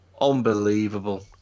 unbelievable